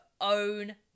own